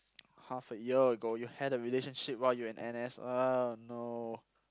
half a year ago you had a relationship while you in N_S uh no